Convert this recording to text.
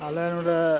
ᱟᱞᱮ ᱱᱚᱰᱮ